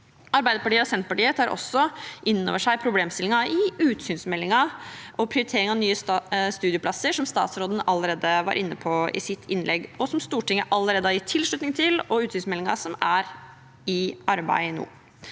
Arbeiderpartiet og Senterpartiet tar også innover seg problemstillingene i utsynsmeldingen og prioritering av nye studieplasser, som statsråden var inne på i sitt innlegg, og som Stortinget allerede har gitt sin tilslutning til. Arbeidet med utsynsmeldingen er nå i gang.